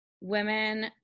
women